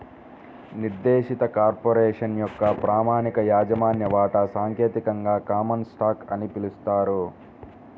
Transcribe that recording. నిర్దేశిత కార్పొరేషన్ యొక్క ప్రామాణిక యాజమాన్య వాటా సాంకేతికంగా కామన్ స్టాక్ అని పిలుస్తారు